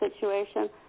situation